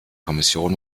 kommission